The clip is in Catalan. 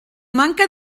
manca